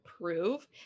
prove